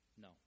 No